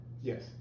Yes